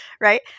right